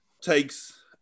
takes